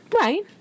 Right